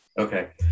Okay